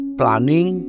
planning